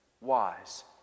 wise